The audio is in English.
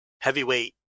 Heavyweight